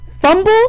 Fumble